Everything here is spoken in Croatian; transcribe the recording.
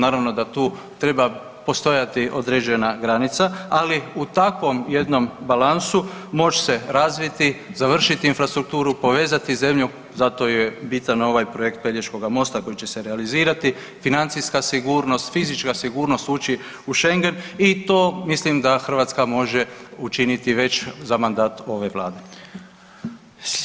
Naravno da tu treba postojati određena granica, ali u takvom jednom balansu može se razviti, završiti infrastrukturu povezati zemlju zato je bitan ovaj projekt Pelješkoga mosta koji će se realizirati, financijska sigurnost, fizička sigurnost, ući u Schengen i to mislim da Hrvatska može učiniti već za mandat ove Vlade.